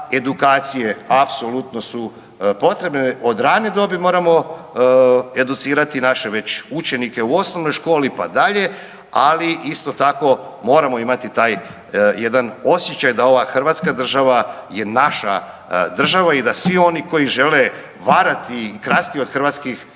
apsolutno su potrebne. Od rane dobi moramo educirati naše učenike u osnovnoj školi pa dalje, ali isto tako moramo imati taj jedan osjećaj da ova Hrvatska država je naša država i da svi oni koji žele varati i krasti od hrvatskih